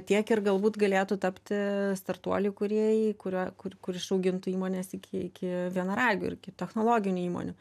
tiek ir galbūt galėtų tapti startuolių įkūrėjai kuriuo kur kur išaugintų įmones iki iki vienaragių ir ki technologinių įmonių